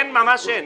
אין, ממש אין.